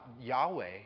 Yahweh